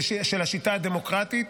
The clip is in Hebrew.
השיטה הדמוקרטית.